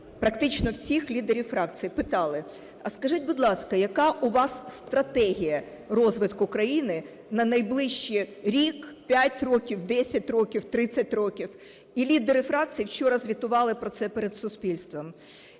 практично всіх лідерів фракцій, питали, а скажіть, будь ласка, яка у вас стратегія розвитку країни на найближчі рік, 5 років, 10 років, 30 років? І лідери фракцій вчора звітували про це перед суспільством.